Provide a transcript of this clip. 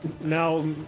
Now